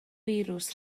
firws